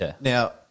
Now